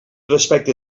respecte